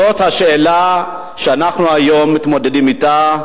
זאת השאלה שאנחנו היום מתמודדים אתה,